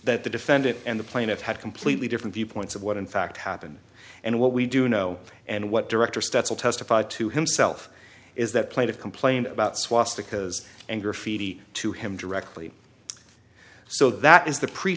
that the defendant and the plaintiff had completely different viewpoints of what in fact happen and what we do know and what director stats will testify to himself is that plaintive complained about swastikas and graffiti to him directly so that is the pre